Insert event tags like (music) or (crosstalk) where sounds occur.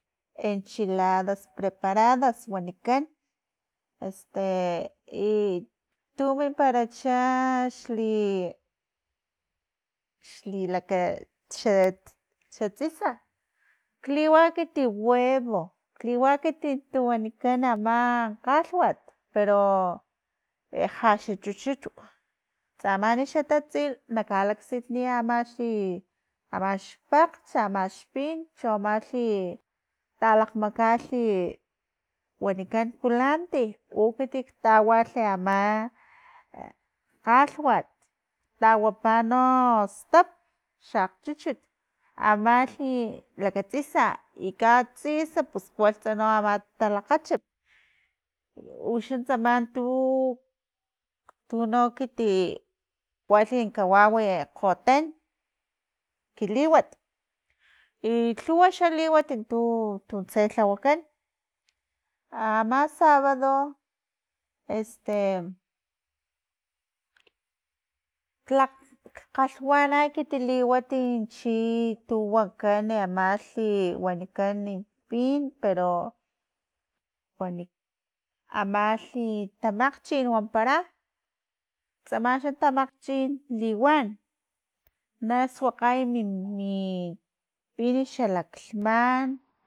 Enchiladas preparadas wanikan "este" (hesitation) i tu minparacha xli- xli laka xa tsisa kliwa ekit huevo, kliwa ekit tu wanikan ama kgalwat, pero ja xa chuchut tsaman xa tatsil naka laksitniy amalhi xpakgcha xpin cho amalhi talakgmakgalhi wanikan kulanti u ekit tawalh ama kgalhwat, tawapa no stap xa akgchuchut amalhi laka tsisa i katsis pus kualhi no ama talakgachup uxan tsamalh tu tu no ekit kualhi kawau kgotan ki liwat i lhuwa xa liwat tu tse hlawakan ama sabado "este" (hesitation) tlakg kgalhwana ekit liwat chi tu wakan amalhi wanikan pin, pero wani amalhi tamakgchin wanpara, tsama xa tamakgchin liwan na suagkay mi- min pin xalaklhman.